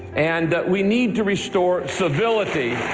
and we need to restore civility